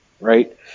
right